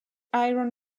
iron